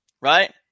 Right